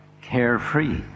carefree